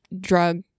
drug